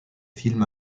film